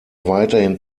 weiterhin